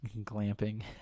glamping